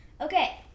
Okay